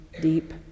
deep